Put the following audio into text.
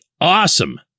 awesome